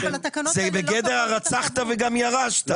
זה בגדר הרצחת וגם ירשת.